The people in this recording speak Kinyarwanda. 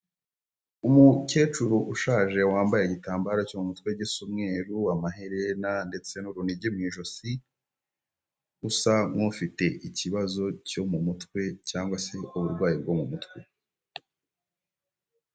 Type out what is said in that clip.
Umukecuru ushaje wambaye igitambaro cyo mu mutwe gisa umweru, amaherena ndetse n'urunigi mu ijosi, usa nk'ufite ikibazo cyo mu mutwe cyangwa se uburwayi bwo mu mutwe.